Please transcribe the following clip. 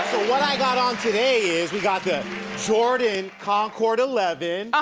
what i got on today is we got the jordan concord eleven,